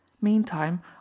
Meantime